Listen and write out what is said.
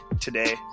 today